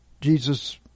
Jesus